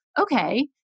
okay